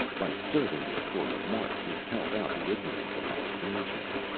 by serving me for a mark to help out the ignorance of my strangeness.